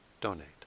donate